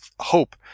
hope